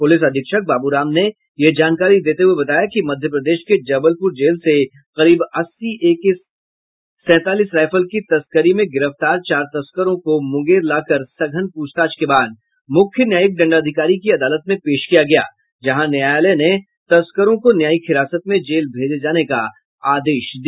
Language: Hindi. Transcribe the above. पुलिस अधीक्षक बाबू राम ने यह जानकारी देते हुये बताया कि मध्य प्रदेश के जबलपुर से करीब अस्सी एके सैंतालीस राइफल की तस्करी में गिरफ्तार चार तस्करों को मुंगेर लाकर सघन पूछताछ के बाद मुख्य न्यायिक दंडाधिकारी की अदालत में पेश किया गया जहां न्यायालय ने तस्करों को न्यायिक हिरासत में जेल भेजे जाने का आदेश दिया